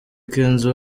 kenzo